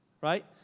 right